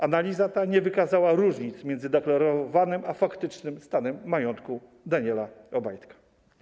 Analiza ta nie wykazała różnic między deklarowanym a faktycznym stanem majątku Daniela Obajtka.